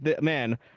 man